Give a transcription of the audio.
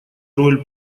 роль